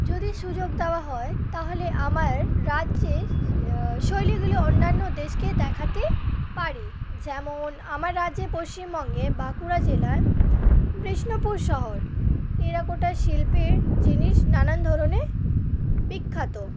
যদি সুযোগ দেওয়া হয় তাহলে আমার রাজ্যের শৈলীগুলি অন্যান্য দেশকে দেখাতে পারি যেমন আমার রাজ্যে পশ্চিমবঙ্গে বাঁকুড়া জেলার বিষ্ণুপুর শহর টেরাকোটা শিল্পের জিনিস নানান ধরনের বিখ্যাত